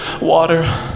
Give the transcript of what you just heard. water